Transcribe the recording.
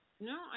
No